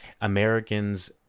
americans